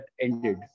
ended